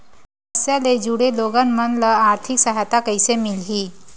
समस्या ले जुड़े लोगन मन ल आर्थिक सहायता कइसे मिलही?